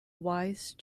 wise